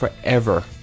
forever